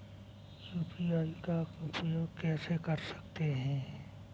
UPI का उपयोग कैसे कर सकते हैं?